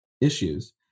issues